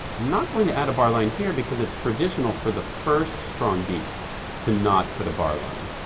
i'm not going to add a bar line here because it's traditional for the first strong beat to not put a bar line.